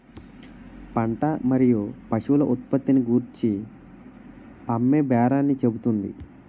పంట మరియు పశువుల ఉత్పత్తిని గూర్చి అమ్మేబేరాన్ని చెబుతుంది